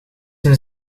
een